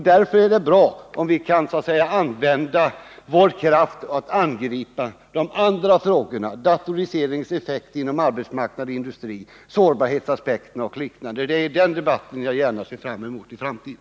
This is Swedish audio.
Därför är det bra om vi kan använda vår kraft för att angripa de andra frågorna — datoriseringens effekt inom arbetsmarknad och industri, sårbarhetsaspekterna och liknande. Det är den debatten jag ser fram emot i framtiden.